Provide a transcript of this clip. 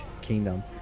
Kingdom